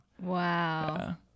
wow